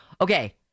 Okay